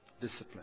discipline